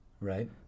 right